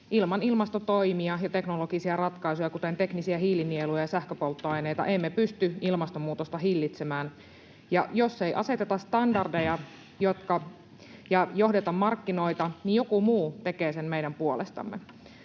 Ilman ilmastotoimia ja teknologisia ratkaisuja, kuten teknisiä hiilinieluja ja sähköpolttoaineita, emme pysty ilmastonmuutosta hillitsemään, ja jos ei aseteta standardeja ja johdeta markkinoita, niin joku muu tekee sen meidän puolestamme.